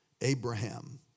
Abraham